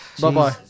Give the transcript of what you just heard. Bye-bye